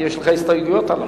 כי יש לך הסתייגויות עליה.